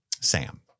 Sam